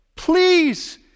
please